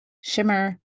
shimmer